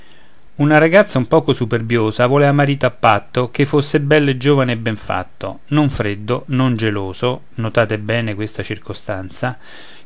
una ragazza un poco superbiosa volea marito a patto ch'ei fosse bello e giovane e ben fatto non freddo non geloso